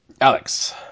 Alex